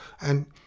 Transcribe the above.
And